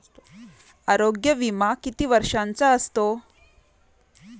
आरोग्य विमा किती वर्षांचा असतो?